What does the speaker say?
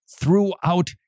throughout